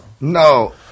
No